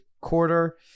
quarter